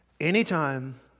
anytime